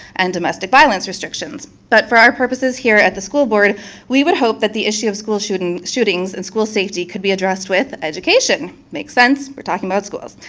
and domestic violence restrictions, but for our purposes here at the school board we would hope that the issue of school shootings shootings and school safety would could be addressed with education. makes sense, we're talking about schools.